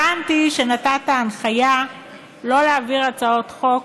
הבנתי שנתת הנחיה שלא להעביר הצעות חוק